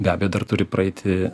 be abejo dar turi praeiti